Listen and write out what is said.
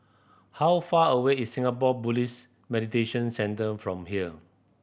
how far away is Singapore Buddhist Meditation Centre from here